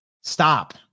stop